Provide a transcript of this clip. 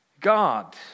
God